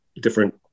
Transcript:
different